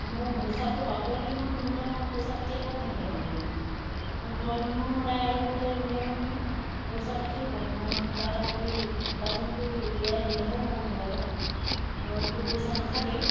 মোৰ হিচাপটো পাব লাগে নহয় নহ'লে মই পইচা পাতি আকৌ কেনেকৈ পামগৈ আৰু ঘৰৰ মানুহো সদায় আহিবলৈ নোৱাৰিব নহয় পইচা পাতিও কম মই কিবা এটা কৰি উপাৰ্জন কৰি উলিয়াই দিলেহে হ'ব ঘৰৰ পৰা ঘৰততো পইচা নাথাকেই